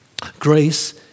Grace